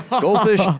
goldfish